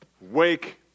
wake